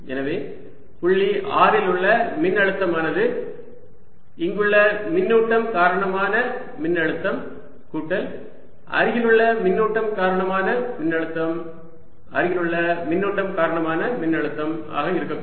எனவே புள்ளி r இல் உள்ள மின்னழுத்தமானது இங்குள்ள மின்னூட்டம் காரணமான மின்னழுத்தம் கூட்டல் அருகிலுள்ள மின்னூட்டம் காரணமான மின்னழுத்தம் அருகிலுள்ள மின்னூட்டம் காரணமான மின்னழுத்தம் ஆக இருக்கக்கூடும்